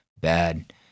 bad